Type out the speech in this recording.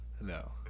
No